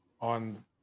on